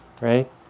right